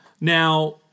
Now